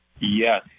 Yes